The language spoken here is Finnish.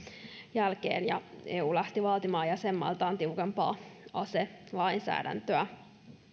jälkeen kun eu lähti vaatimaan jäsenmailtaan tiukempaa aselainsäädäntöä